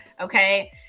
okay